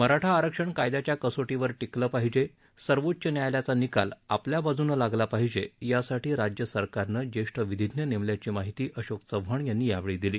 मराठा आरक्षण कायद्याच्या कसोटीवर टिकलं पाहिजे सर्वोच्च न्यायालयाचा निकाल आपल्या बाजूनं लागला पाहिजे यासाठी राज्यसरकारनं ज्येष्ठ विधिज्ञ नेमल्याची माहिती अशोक चव्हाण यांनी यावेळी दिली